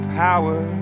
power